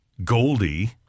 Goldie